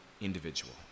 individual